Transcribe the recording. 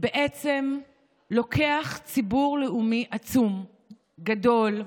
בעצם לוקח ציבור לאומי עצום, גדול,